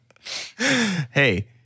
hey